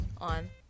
on